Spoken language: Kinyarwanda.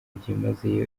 byimazeyo